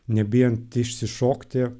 nebijant išsišokti